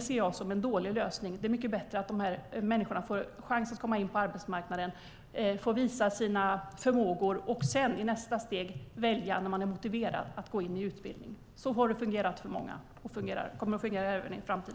ser jag som en dålig lösning. Det är mycket bättre att de här människorna får chans att komma in på arbetsmarknaden och visa sina förmågor, och sedan i nästa steg välja, när de är motiverade, att gå in i utbildning. Så har det fungerat för många och kommer att fungera även i framtiden.